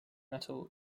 metal